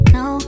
no